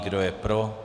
Kdo je pro.